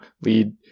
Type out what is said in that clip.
lead